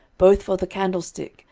both for the candlestick,